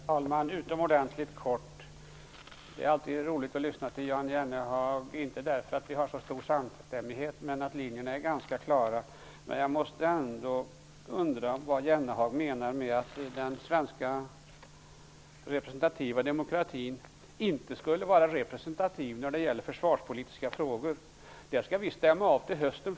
Herr talman! Utomordentligt kort: Det är alltid roligt att lyssna till Jan Jennehag, inte därför att det råder samstämmighet mellan oss utan för att linjerna är ganska klara. Jag undrar ändå vad Jan Jennehag menar med att den svenska representativa demokratin inte skulle vara representativ när det gäller försvarspolitiska frågor, något som för övrigt kommer att stämmas av till hösten.